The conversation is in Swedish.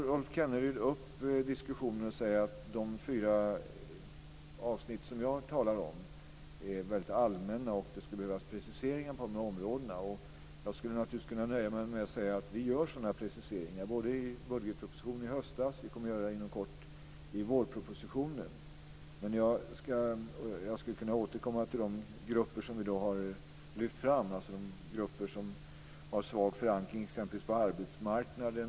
Rolf Kenneryd tar upp en diskussion om de fyra avsnitt som jag talar om och säger att de är väldigt allmänna och att det skulle behövas preciseringar på de här områdena. Jag skulle naturligtvis kunna nöja mig med att säga att vi gör sådana preciseringar. Vi gjorde det i budgetpropositionen i höstas och vi kommer inom kort att göra det i vårpropositionen. Jag skulle också kunna återkomma till de grupper som i dag har lyfts fram, alltså grupper med svag förankring exempelvis på arbetsmarknaden.